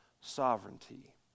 sovereignty